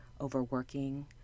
overworking